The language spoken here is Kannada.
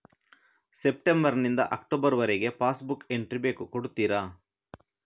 ಸೆಪ್ಟೆಂಬರ್ ನಿಂದ ಅಕ್ಟೋಬರ್ ವರಗೆ ಪಾಸ್ ಬುಕ್ ಎಂಟ್ರಿ ಬೇಕು ಕೊಡುತ್ತೀರಾ?